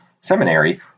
seminary